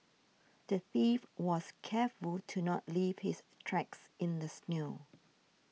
the thief was careful to not leave his tracks in the snow